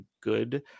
good